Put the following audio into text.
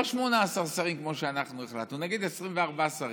לא 18 שרים כמו שאנחנו החלטנו, נגיד 24 שרים,